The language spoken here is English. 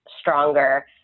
stronger